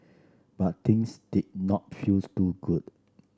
but things did not feels too good